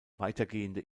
weitergehende